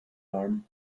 arm